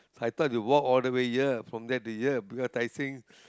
I thought you walk all the way here from there to here because Tai Seng